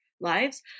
lives